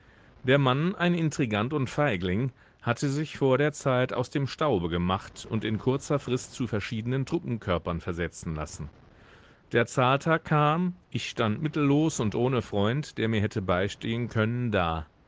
der mann ein intrigant und feigling hatte sich vor der zeit aus dem staube gemacht und in kurzer frist zu verschiedenen truppenkörpern versetzen lassen der zahltag kam ich stand mittellos und ohne freund der mir hätte beistehen können da